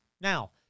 Now